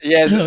Yes